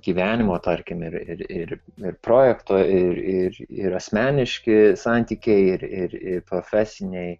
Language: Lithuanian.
gyvenimo tarkim ir ir ir projekto ir ir ir asmeniški santykiai ir ir profesiniai